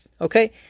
Okay